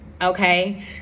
okay